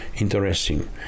interesting